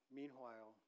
meanwhile